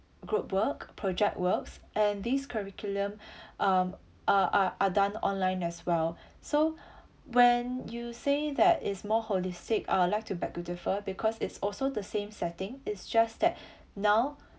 group work project works and these curriculum um are are are done online as well so when you say that is more holistic I will like to beg to differ because it's also the same setting is just that now